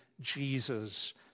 Jesus